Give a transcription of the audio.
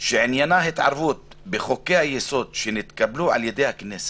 שעניינה התערבות בחוקי היסוד שנתקבלו על ידי הכנסת"